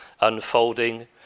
unfolding